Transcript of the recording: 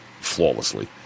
flawlessly